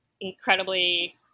incredibly